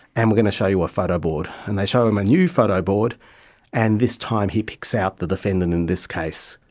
and we're going to show you a photo board. and they show him a new photo board and this time he picks out the defendant in this case,